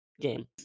game